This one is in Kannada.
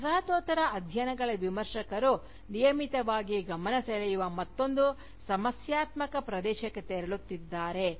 ವಸಾಹತೋತ್ತರ ಅಧ್ಯಯನಗಳ ವಿಮರ್ಶಕರು ನಿಯಮಿತವಾಗಿ ಗಮನಸೆಳೆಯುವ ಮತ್ತೊಂದು ಸಮಸ್ಯಾತ್ಮಕ ಪ್ರದೇಶಕ್ಕೆ ತೆರಳುತ್ತಿದ್ದಾರೆ